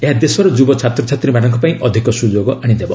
ଏହା ଦେଶର ଯୁବ ଛାତ୍ରଛାତ୍ରୀମାନଙ୍କ ପାଇଁ ଅଧିକ ସ୍କ୍ଯୋଗ ଆଶିଦେବ